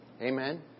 Amen